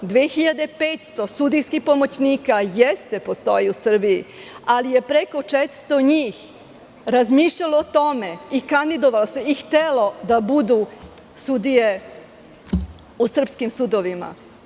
Dve hiljade i petsto sudijskih pomoćnika postoji u Srbiji, ali je preko 400 njih razmišljalo o tome, kandidovalo se i htelo da budu sudije u srpskim sudovima.